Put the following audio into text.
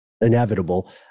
inevitable